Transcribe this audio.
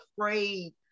afraid